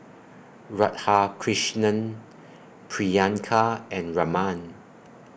Radhakrishnan Priyanka and Raman